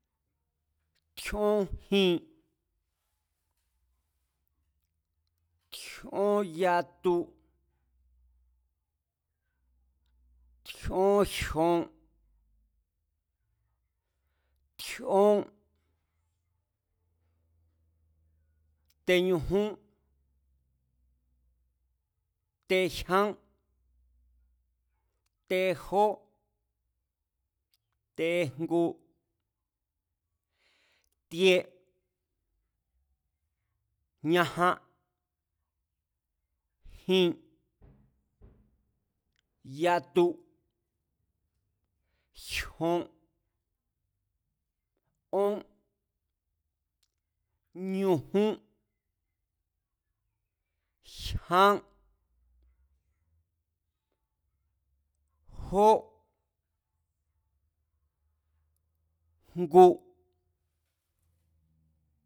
Tjíón jin, tjíón yatu, tjíón jyon, tjíón, teñujún, tejyán, tejó, tejngu, tie, ñajan, jin, tatu, jyon, ón, ñujún, jyán, jó, jngu.